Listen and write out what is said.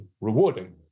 rewarding